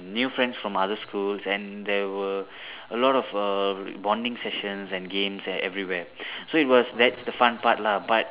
new friends from other schools and there were a lot of err bonding sessions and games at everywhere so it was that's the fun part lah but